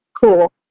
cool